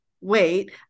wait